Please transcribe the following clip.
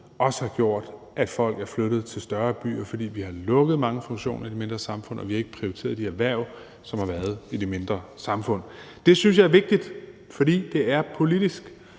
også har gjort, at folk er flyttet til større byer, fordi vi har lukket mange funktioner i de mindre samfund og ikke har prioriteret de erhverv, som har været i de mindre samfund. Det synes jeg er vigtigt, fordi det er politisk